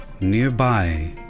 Nearby